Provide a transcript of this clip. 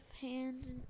hands